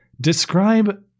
Describe